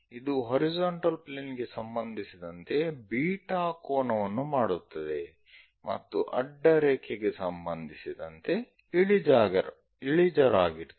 ಇದು horizontal plane ಗೆ ಸಂಬಂಧಿಸಿದಂತೆ ಬೀಟಾ ಕೋನವನ್ನು ಮಾಡುತ್ತದೆ ಮತ್ತು ಅಡ್ಡರೇಖೆಗೆ ಸಂಬಂಧಿಸಿದಂತೆ ಇಳಿಜಾರಾಗಿರುತ್ತದೆ